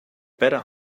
better